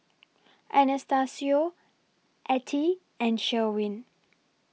Anastacio Ettie and Sherwin